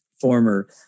former